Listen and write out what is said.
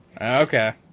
Okay